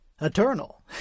eternal